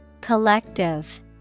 Collective